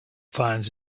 finds